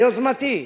ביוזמתי,